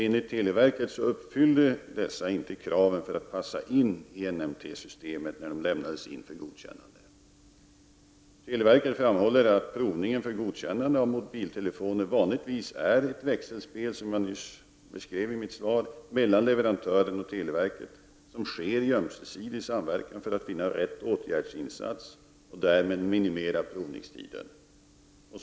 Enligt televerket uppfyllde inte dessa kraven för att passa in i NMT systemet när de lämnades in för godkännande. Televerket framhåller att provningen för godkännande av biltelefoner vanligen är ett växelspel mellan leverantören och televerket, vilket jag nyss beskrev i mitt svar. Det sker i ömsesidig samverkan för att man skall finna rätt åtgärdsinsats och därmed minimera provningstiden.